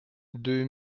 deux